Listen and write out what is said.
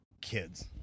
kids